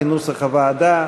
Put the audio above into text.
כנוסח הוועדה.